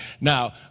Now